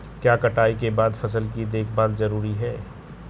क्या कटाई के बाद फसल की देखभाल जरूरी है?